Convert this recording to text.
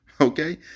Okay